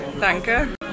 Danke